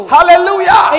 Hallelujah